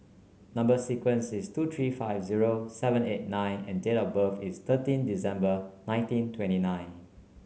number sequence is two three five zero seven eight nine and date of birth is thirteen December nineteen twenty nine